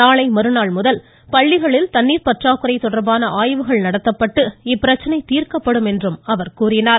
நாளை மறுநாள் முதல் தன்ணீர் பற்றாக்குறை தொடர்பான ஆய்வுகள் நடத்தப்பட்டு இப்பிரச்சனை தீர்க்கப்படும் என்று கூறினார்